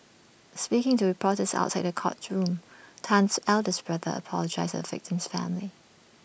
speaking to reporters outside the courtroom Tan's eldest brother apologised to the victim's family